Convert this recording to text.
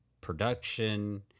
production